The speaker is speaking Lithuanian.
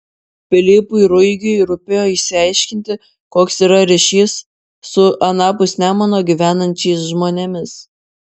pilypui ruigiu rūpėjo išsiaiškinti koks yra ryšys su anapus nemuno gyvenančiais žmonėmis